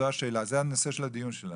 זו השאלה, זה הנושא של הדיון שלנו.